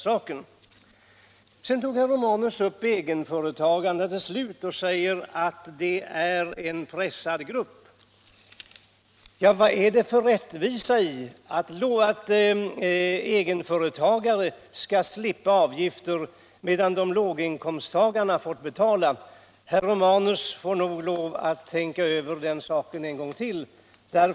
Slutligen tog herr Romanus upp frågan om egenföretagarna och sade att de är en pressad grupp. Men vad är det för rättvisa i att egenföretagare skall slippa avgifter för barnomsorgen, medan låginkomsttagarna får betala? Herr Romanus får nog lov att tänka över den saken en gång till.